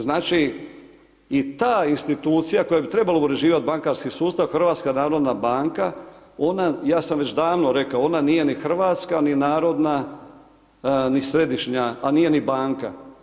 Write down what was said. Znači, i ta institucija koja bi trebala uređivati bankarski sustav, HNB ona, ja sam već davno rekao, ona nije ni hrvatska, ni narodna, ni središnja, a nije ni banka.